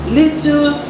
little